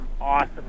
awesome